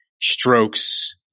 strokes